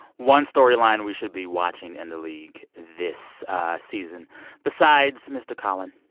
one storyline we should be watching in the league this season besides mr. colin?